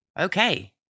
Okay